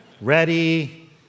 ready